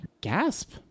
gasp